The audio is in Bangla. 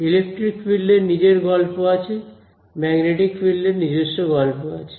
ইলেকট্রিক ফিল্ড এর নিজের গল্প আছে ম্যাগনেটিক ফিল্ড এর নিজস্ব গল্প আছে